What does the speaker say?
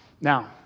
Now